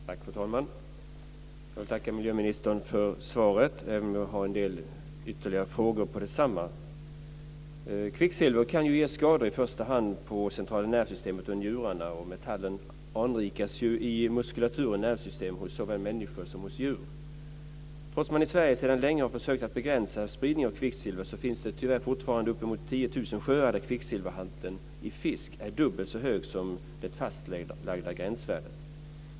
Fru talman! Jag vill tacka miljöministern för svaret även om jag har en del ytterligare frågor omkring detta. Kvicksilver kan ge skador på i första hand centrala nervsystemet och njurarna. Metallen anrikas i muskulatur och nervsystem hos såväl människor som djur. Trots att man i Sverige sedan länge har försökt begränsa spridningen av kvicksilver finns det tyvärr fortfarande uppemot 10 000 sjöar där kvicksilverhalten i fisk är dubbelt så hög som det fastlagda gränsvärdet.